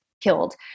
killed